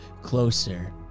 closer